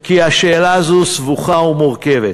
כי השאלה הזאת סבוכה ומורכבת